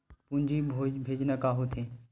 पूंजी भेजना का होथे?